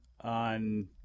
on